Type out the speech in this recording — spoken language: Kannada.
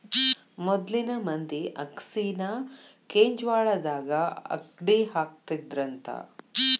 ಮೊದ್ಲಿನ ಮಂದಿ ಅಗಸಿನಾ ಕೆಂಜ್ವಾಳದಾಗ ಅಕ್ಡಿಹಾಕತ್ತಿದ್ರಂತ